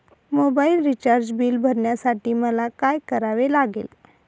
Mobile recharge bill भरण्यासाठी मला काय करावे लागेल?